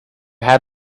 had